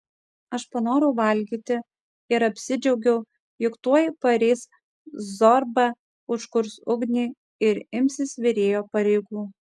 aš panorau valgyti ir apsidžiaugiau juk tuoj pareis zorba užkurs ugnį ir imsis virėjo pareigų